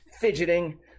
fidgeting